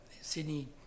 Sydney